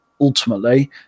ultimately